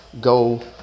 go